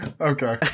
Okay